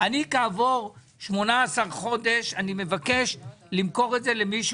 למס רכישה היא דירה שיש עליה התחייבות מוכר להשלמת בנייה,